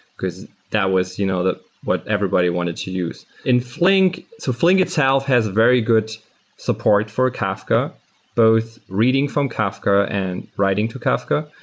because that was you know what everybody wanted to use. in flink so flink itself has a very good support for kafka both reading from kafka and writing to kafka.